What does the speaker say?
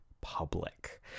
public